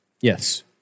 yes